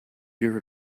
heard